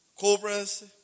Cobras